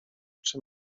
czy